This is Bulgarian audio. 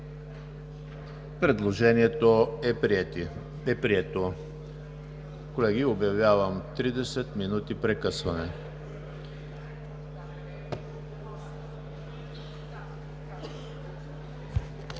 Предложението е прието. Колеги, обявявам 30 минути прекъсване.